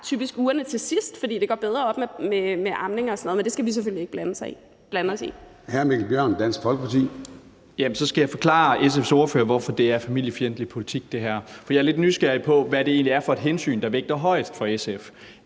tager ugerne til sidst, fordi det går bedre op med amning og sådan noget, men det skal vi selvfølgelig ikke blande os i. Kl. 16:10 Formanden (Søren Gade): Hr. Mikkel Bjørn, Dansk Folkeparti. Kl. 16:10 Mikkel Bjørn (DF): Jamen så skal jeg forklare SF's ordfører, hvorfor det her er familiefjendsk politik. For jeg er lidt nysgerrig på, hvad det egentlig er for et hensyn, der vægter højest for SF.